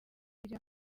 iri